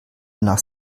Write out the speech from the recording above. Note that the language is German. nach